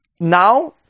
Now